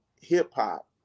hip-hop